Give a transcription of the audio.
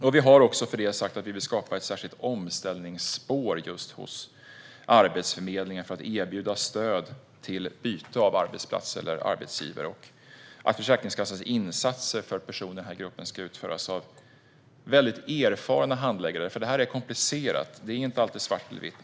Vi har sagt att vi för detta vill skapa ett särskilt omställningsspår hos Arbetsförmedlingen för att erbjuda stöd för byte av arbetsplats eller arbetsgivare och att Försäkringskassans insatser för personer i denna grupp ska utföras av mycket erfarna handläggare som är specialiserade på psykisk ohälsa, eftersom detta är komplicerat - det är inte alltid svart eller vitt.